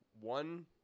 one